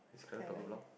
Kai Ren